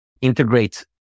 integrate